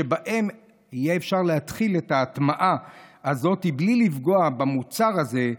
שבהם יהיה אפשר להתחיל את ההטמעה הזו בלי לפגוע במוצר הזה,